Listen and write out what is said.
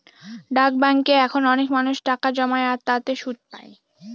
ডাক ব্যাঙ্কে এখন অনেক মানুষ টাকা জমায় আর তাতে সুদ পাই